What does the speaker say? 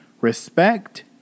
Respect